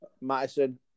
Madison